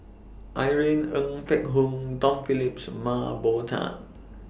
Irene Ng Phek Hoong Tom Phillips Mah Bow Tan